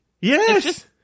Yes